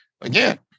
again